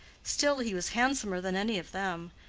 still he was handsomer than any of them,